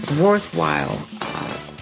worthwhile